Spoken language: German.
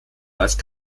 weist